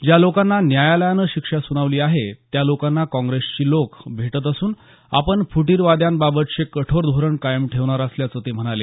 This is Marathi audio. ज्या लोकांना न्यायालयानं शिक्षा सुनावली आहे त्या लोकांना काँग्रेसची लोकं भेटत असून आपण फुटीरतावाद्यांबाबतचे कठोर धोरण कायम ठेवणार असल्याचं ते म्हणाले